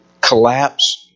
collapse